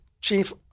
chief